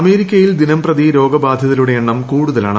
അമേരിക്കയിൽ ദിനം പ്രതി രോഗബാധിതരുടെ എണ്ണം കൂടുതലാണ്